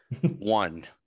One